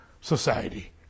society